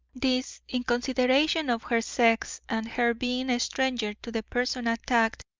this, in consideration of her sex, and her being a stranger to the person attacked,